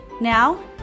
Now